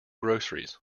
groceries